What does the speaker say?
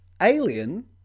Alien